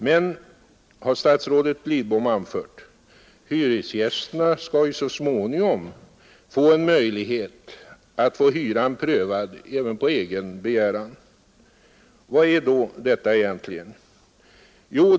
Men — har statsrådet Lidbom anfört — hyresgästerna skall ju så småningom få en möjlighet att få hyran prövad även på egen begäran. Vad är då detta egentligen?